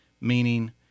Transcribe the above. meaning